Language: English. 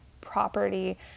property